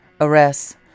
Arrests